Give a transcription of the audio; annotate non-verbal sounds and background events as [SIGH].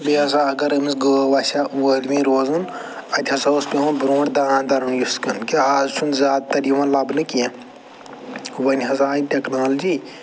بیٚیہِ ہسا اگر أمِس گٲو آسہِ ہا وٲلوِنۍ روزان اَتہِ ہسا اوس پٮ۪وان برٛونٛٹھ دانٛد انُن یُس [UNINTELLIGIBLE] کہِ آز چھُنہٕ زیادٕ تر یِوان لَبنہٕ کیٚنٛہہ وۄنۍ ہسا آے ٹٮ۪کنالجی